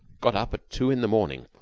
got up at two in the morning,